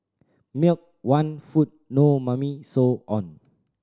milk want food no Mummy so on